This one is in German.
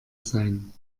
sein